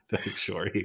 sure